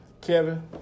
Kevin